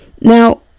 Now